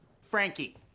Frankie